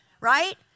Right